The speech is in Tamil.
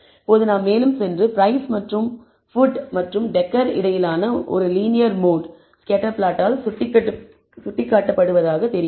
இப்போது நாம் மேலும் சென்று பிரைஸ் மற்றும் ஃபுட் மற்றும் டெகர் இடையில் உள்ள ஒரு லீனியர் மோட் ஸ்கேட்டர் பிளாட்டால் சுட்டிக்காட்டப்பட்டதாக தெரிகிறது